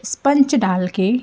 sponge डाल कर